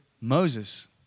Moses